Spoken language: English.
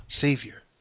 Savior